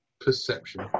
perception